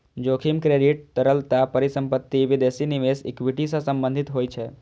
जोखिम क्रेडिट, तरलता, परिसंपत्ति, विदेशी निवेश, इक्विटी सं संबंधित होइ छै